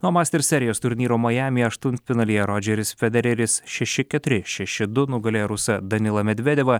na o masters serijos turnyro majamyje aštuntfinalyje rodžeris federeris šeši keturi šeši du nugalėjo rusą danilą medvedevą